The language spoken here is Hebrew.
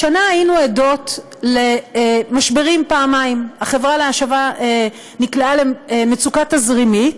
השנה היינו עדות למשברים פעמיים: החברה להשבה נקלעה למצוקה תזרימית.